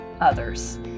others